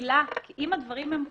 הילה, אם הדברים הם כאלה,